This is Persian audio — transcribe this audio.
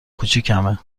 کوچیکمه